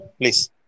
please